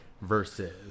versus